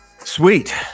Sweet